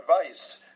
advice